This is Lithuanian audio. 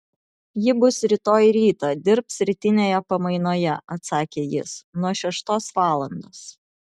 ji bus rytoj rytą dirbs rytinėje pamainoje atsakė jis nuo šeštos valandos